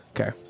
Okay